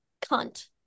cunt